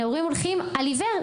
הולכים על עיוור,